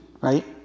Right